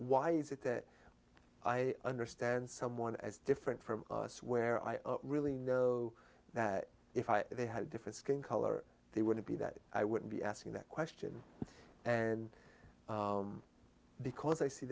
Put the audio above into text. why is it that i understand someone as different from us where i really know that if they had different skin color they were to be that i wouldn't be asking that question and because i see